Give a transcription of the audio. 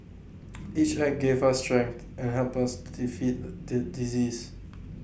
each act gave us strength and helped us to defeat the disease